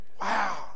Wow